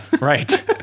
Right